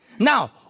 Now